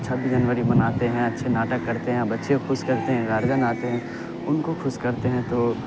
چھبیس جنوری مناتے ہیں اچھے ناٹک کرتے ہیں بچے خوش رہتے ہیں غارجین آتے ہیں ان کو خوس کرتے ہیں تو